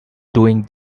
doing